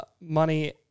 money